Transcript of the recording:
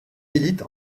milite